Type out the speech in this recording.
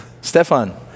Stefan